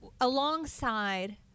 alongside